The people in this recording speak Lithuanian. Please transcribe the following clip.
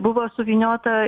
buvo suvyniota